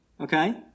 Okay